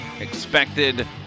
expected